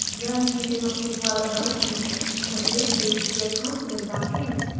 then he did not sleep well at night, and when he did sleep he had constantly bad dreams.